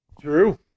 True